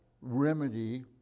remedy